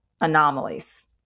anomalies